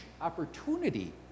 opportunity